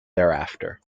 thereafter